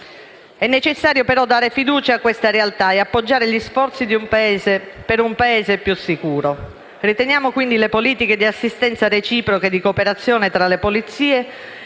È necessario però dare fiducia a questa nuova realtà e appoggiare gli sforzi per un Paese più sicuro. Riteniamo quindi che le politiche di assistenza reciproche di cooperazione tra le polizie